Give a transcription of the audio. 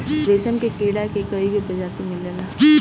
रेशम के कीड़ा के कईगो प्रजाति मिलेला